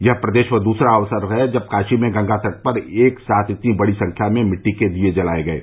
यह प्रदेश में दूसरा अवसर है जब काशी में गंगा तट पर एक साथ इतनी बड़ी संख्या में मिट्टी के दिये जलाये गये